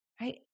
right